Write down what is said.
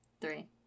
Three